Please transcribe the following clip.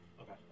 Okay